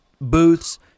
booths